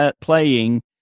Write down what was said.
playing